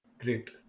Great